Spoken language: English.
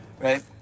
Right